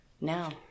now